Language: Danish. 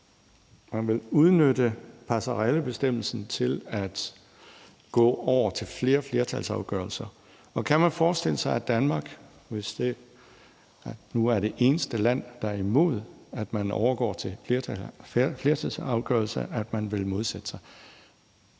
Man vil udnytte passarellebestemmelsen til at gå over til flere flertalsafgørelser. Kan man forestille sig, at Danmark, hvis det nu er det eneste land, der er imod, at man overgår til færre flertalsafgørelser, vil modsætte sig?